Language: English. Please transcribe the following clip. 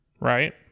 Right